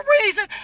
reason